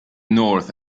north